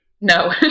No